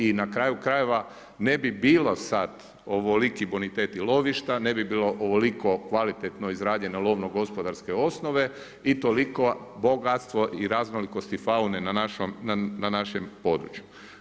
I na kraju krajeva ne bi bilo sad ovoliki boniteti lovišta, ne bi bilo ovoliko kvalitetno izrađeno lovno-gospodarske osnove i toliko bogatstvo i raznolikosti faune na našim području.